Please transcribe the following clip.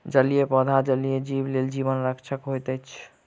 जलीय पौधा जलीय जीव लेल जीवन रक्षक होइत अछि